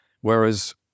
whereas